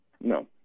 No